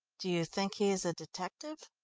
do you think he is a detective?